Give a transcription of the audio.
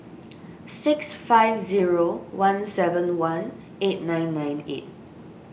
six five zero one seven one eight nine nine eight